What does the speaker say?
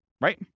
Right